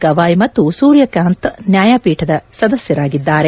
ಗವಾಯ್ ಮತ್ತು ಸೂರ್ಯಕಾಂತ್ ನ್ಯಾಯಪೀಠದ ಸದಸ್ಯರಾಗಿದ್ದಾರೆ